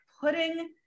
putting